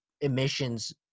emissions